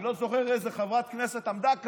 אני לא זוכר איזו חברת כנסת עמדה כאן.